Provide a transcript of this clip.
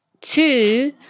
Two